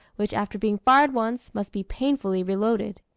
which after being fired once, must be painfully reloaded.